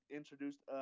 introduced –